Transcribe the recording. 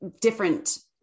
different